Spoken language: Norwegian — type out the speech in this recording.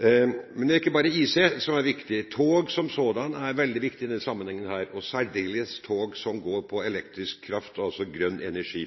Det er ikke bare IC som er viktig. Tog som sådan er veldig viktig i denne sammenhengen, og særdeles tog som går på elektrisk kraft, altså grønn energi.